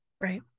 Right